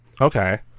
Okay